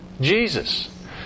Jesus